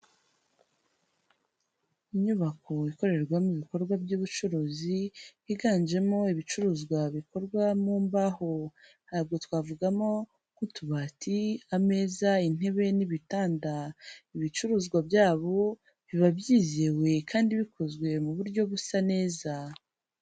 Inyubako ikorerwamo ibikorwa by'ubucuruzi, higanjemo ibicuruzwa bikorwa mu mbaho, aho ubwo twavugamo nk'utubati, ameza, intebe n'ibitanda, ibicuruzwa byabo biba byizewe kandi bikozwe mu buryo busa neza.